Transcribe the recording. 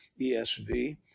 ESV